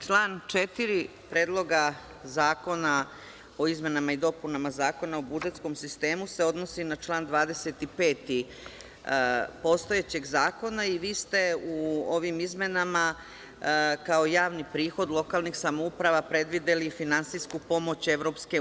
Član 4. Predloga zakona o izmenama i dopunama Zakona o budžetskom sistemu se odnosi na član 25. postojećeg zakona i vi ste u ovim izmenama, kao javni prihod lokalnih samouprava, predvideli finansijsku pomoć EU.